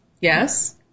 Yes